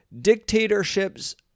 Dictatorships